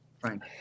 frank